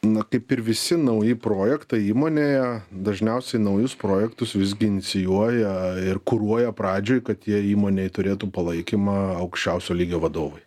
na kaip ir visi nauji projektai įmonėje dažniausiai naujus projektus visgi inicijuoja ir kuruoja pradžioj kad jie įmonėj turėtų palaikymą aukščiausio lygio vadovai